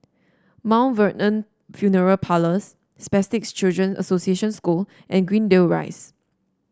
Mt Vernon Funeral Parlours Spastic Children Association School and Greendale Rise